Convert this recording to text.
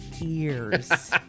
ears